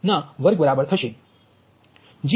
05244 ના વર્ગ બરાબર થશે